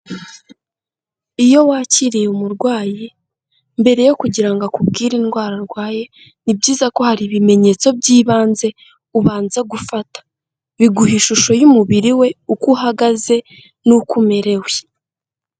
Iyo wakiriye umurwayi mbere yo kugira ngo akubwire indwara arwaye, ni byiza ko hari ibimenyetso by'ibanze ubanza gufata, biguha ishusho y'umubiri we uko uhagaze n'uko umerewe.